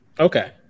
Okay